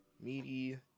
Meaty